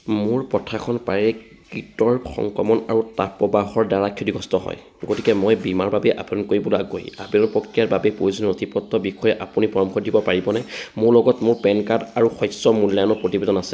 মোৰ পথাৰখন প্ৰায়ে কীটৰ সংক্ৰমণ আৰু তাপপ্ৰবাহৰ দ্বাৰা ক্ষতিগ্ৰস্ত হয় গতিকে মই বীমাৰ বাবে আবেদন কৰিবলৈ আগ্ৰহী আবেদন প্ৰক্ৰিয়াৰ বাবে প্ৰয়োজনীয় নথিপত্ৰৰ বিষয়ে আপুনি পৰামৰ্শ দিব পাৰিবনে মোৰ লগত মোৰ পেন কাৰ্ড আৰু শস্য মূল্যায়নৰ প্ৰতিবেদন আছে